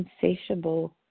insatiable